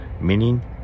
meaning